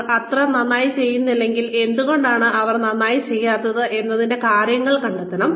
അവർ അത്ര നന്നായി ചെയ്യുന്നില്ലെങ്കിൽ എന്തുകൊണ്ടാണ് അവർ നന്നായി ചെയ്യാത്തത് എന്നതിന്റെ കാരണങ്ങൾ കണ്ടെത്തണം